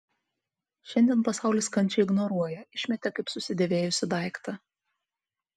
šiandien pasaulis kančią ignoruoja išmetė kaip susidėvėjusį daiktą